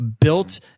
built